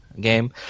game